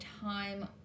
time